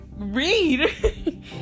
read